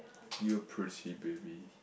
you're pretty baby